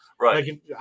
Right